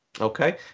Okay